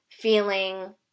feeling